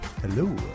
Hello